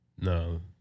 No